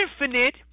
infinite